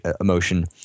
emotion